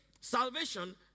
salvation